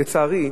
לצערי,